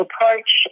approach